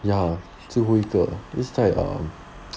ya 最后一个 this type um